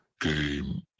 game